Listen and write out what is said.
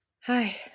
hi